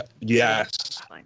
Yes